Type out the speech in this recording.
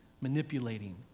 manipulating